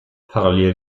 parallel